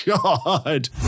God